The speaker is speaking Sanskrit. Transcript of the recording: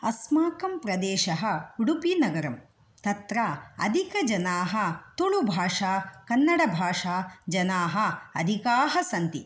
अस्माकं प्रदेशः उडुपि नगरम् तत्र अधिकजनाः तुळुभाषा कन्नडभाषा जनाः अधिकाः सन्ति